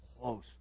close